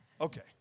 Okay